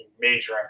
major